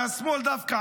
מהשמאל דווקא,